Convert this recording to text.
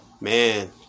man